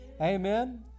Amen